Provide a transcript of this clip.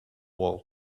walls